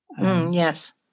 Yes